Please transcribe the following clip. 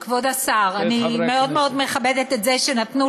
את חברי הכנסת.